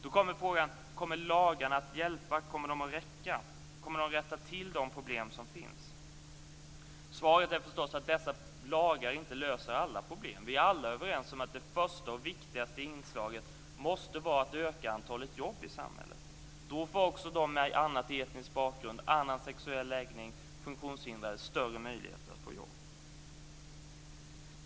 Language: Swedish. Då uppstår frågan: Kommer lagarna att hjälpa, kommer de att räcka och kommer de att rätta till de problem som finns? Svaret är förstås att dessa lagar inte löser alla problem. Vi är alla överens om att det första och viktigaste inslaget måste vara att öka antalet jobb i samhället. Då får också de med annan etnisk bakgrund, med annan sexuell läggning och de funktionshindrade större möjligheter att få jobb.